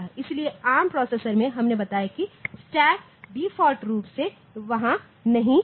इसलिए ARM processor में हमने बताया कि स्टैक डिफ़ॉल्ट रूप से वहां नहीं है